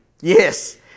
Yes